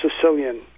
Sicilian